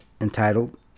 entitled